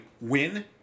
Win